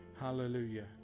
Hallelujah